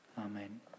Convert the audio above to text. Amen